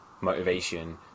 motivation